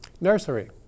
nursery